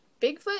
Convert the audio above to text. Bigfoot